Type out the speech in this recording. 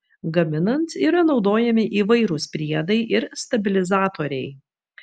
gaminant yra naudojami įvairūs priedai ir stabilizatoriai